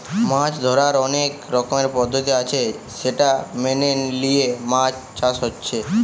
মাছ ধোরার অনেক রকমের পদ্ধতি আছে সেটা মেনে লিয়ে মাছ চাষ হচ্ছে